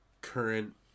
current